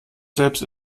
selbst